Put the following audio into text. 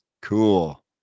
cool